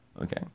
okay